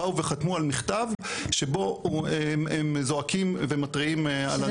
באו וחתמו על מכתב שבו הם זועקים ומתריעים על הנזק הכלכלי.